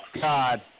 God